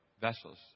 vessels